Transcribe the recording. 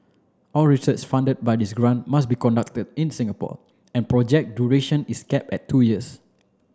all research funded by this grant must be conducted in Singapore and project duration is cap at two years